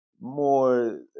more